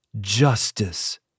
Justice